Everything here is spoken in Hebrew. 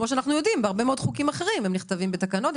כמו שאנו יודעים מחוקים אחרים הם נכתבים בתקנות,